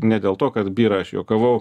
ne dėl to kad byra aš juokavau